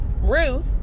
Ruth